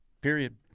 period